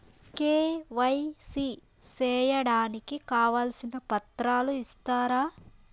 KYC సేయడానికి కావాల్సిన పత్రాలు ఇస్తారా?